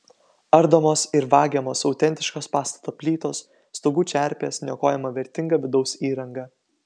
ardomos ir vagiamos autentiškos pastato plytos stogų čerpės niokojama vertinga vidaus įranga